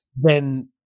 Then-